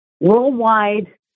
worldwide